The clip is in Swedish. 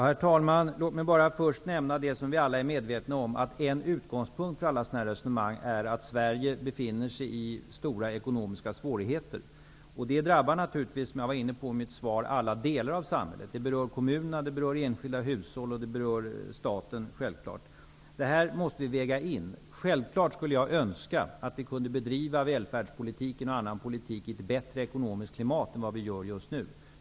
Herr talman! Låt mig först nämna det som vi alla är medvetna om, att en utgångspunkt för alla sådana här resonemang är att Sverige befinner sig i stora ekonomiska svårigheter. Detta drabbar naturligtvis -- det var jag inne på i mitt svar -- alla delar av samhället. Det berör kommunerna, enskilda hushåll och självfallet staten. Det måste vi väga in. Självklart skulle jag önska att vi kunde bedriva välfärdspolitiken och all annan politik i ett litet bättre ekonomiskt klimat.